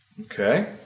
Okay